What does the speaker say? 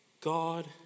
God